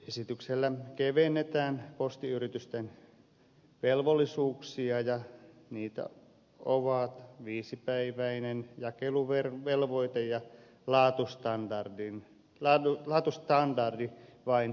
esityksellä kevennetään postiyritysten velvollisuuksia ja niitä ovat viisipäiväinen jakeluvelvoite ja laatustandardi vain yleispalveluyritykselle